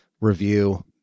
review